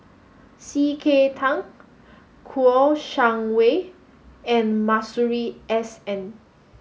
C K Tang Kouo Shang Wei and Masuri S N